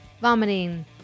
vomiting